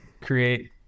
create